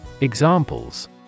Examples